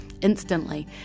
Instantly